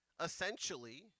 Essentially